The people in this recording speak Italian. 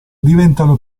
diventano